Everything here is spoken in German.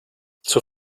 zur